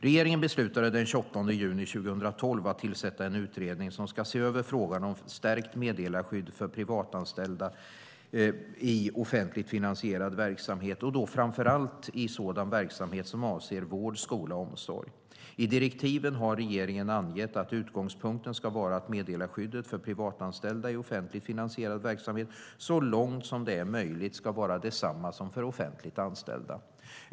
Regeringen beslutade den 28 juni 2012 att tillsätta en utredning som ska se över frågan om stärkt meddelarskydd för privatanställda i offentligt finansierad verksamhet och då framför allt i sådan verksamhet som avser vård, skola och omsorg. I direktiven har regeringen angett att utgångspunkten ska vara att meddelarskyddet för privatanställda i offentligt finansierad verksamhet så långt som det är möjligt ska vara detsamma som för offentligt anställda.